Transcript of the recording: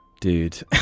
dude